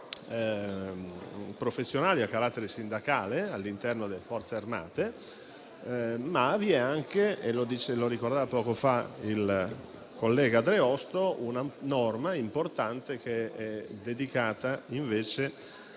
professionali a carattere sindacale all'interno delle Forze armate, ma vi è anche - lo ricordava poco fa il collega Dreosto - una norma importante dedicata al